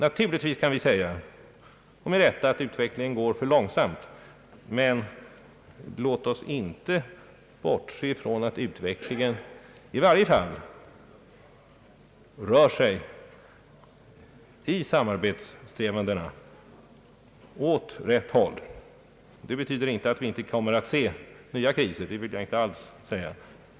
Naturligtvis kan vi säga — och det med rätta — att utvecklingen går för långsamt, men låt oss inte bortse från att utvecklingen i varje fall när det gäller samarbetssträvandena rör sig åt rätt håll. Det betyder inte att vi inte kommer att möta nya kriser, det vill jag inte alls påstå.